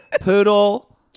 poodle